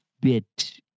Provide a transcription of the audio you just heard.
bit